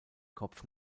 kopf